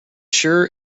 sure